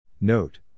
Note